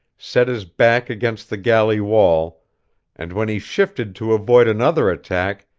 set his back against the galley wall and when he shifted to avoid another attack,